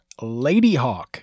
Ladyhawk